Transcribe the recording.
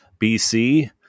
BC